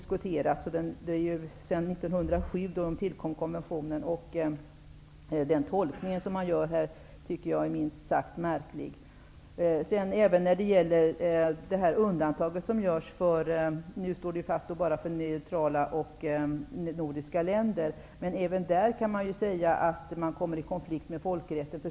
1907 tillkom den här konventionen. Den tolkning som här görs tycker jag är minst sagt märklig. Även när det gäller det undantag som görs har jag en kommentar. Det står i och för sig fast bara för neutrala och nordiska länder. Men även där kan det sägas att man kommer i konflikt med folkrätten.